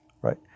right